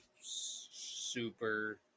super